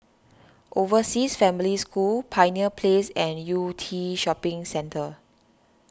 Overseas Family School Pioneer Place and Yew Tee Shopping Centre